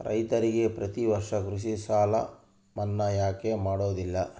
ರೈತರಿಗೆ ಪ್ರತಿ ವರ್ಷ ಕೃಷಿ ಸಾಲ ಮನ್ನಾ ಯಾಕೆ ಮಾಡೋದಿಲ್ಲ?